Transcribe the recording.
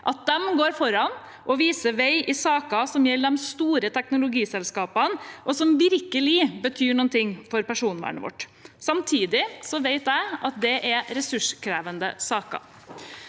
at de går foran og viser vei i saker som gjelder de store teknologiselskapene, og som virkelig betyr noe for personvernet vårt. Samtidig vet jeg at dette er ressurskrevende saker.